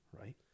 right